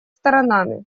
сторонами